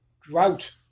drought